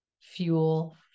Fuel